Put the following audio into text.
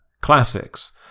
Classics